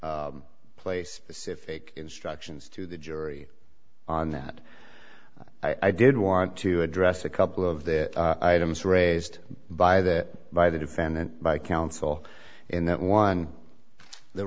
did place specific instructions to the jury on that i did want to address a couple of the items raised by that by the defendant by counsel in that one the